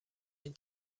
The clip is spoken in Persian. این